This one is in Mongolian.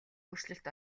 өөрчлөлт